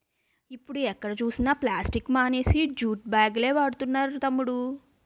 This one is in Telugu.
ఇప్పుడు ఎక్కడ చూసినా ప్లాస్టిక్ మానేసి జూట్ బాగులే వాడుతున్నారు తమ్ముడూ